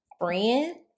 friend